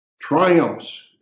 triumphs